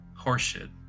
Horseshit